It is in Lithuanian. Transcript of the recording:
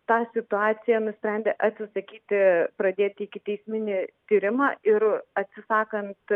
tą situaciją nusprendė atsisakyti pradėti ikiteisminį tyrimą ir atsisakant